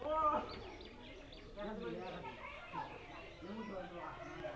Micro finance কোন কোন এলাকায় উপলব্ধ?